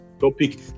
topic